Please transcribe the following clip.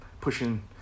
pushing